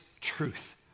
truth